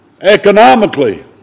Economically